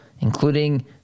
including